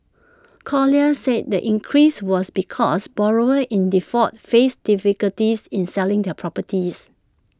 colliers said the increase was because borrowers in default faced difficulties in selling their properties